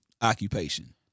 occupation